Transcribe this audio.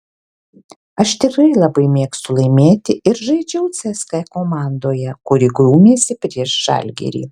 aš tikrai labai mėgstu laimėti ir žaidžiau cska komandoje kuri grūmėsi prieš žalgirį